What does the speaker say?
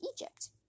Egypt